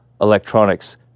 electronics –